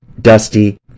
dusty